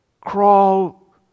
crawl